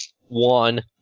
One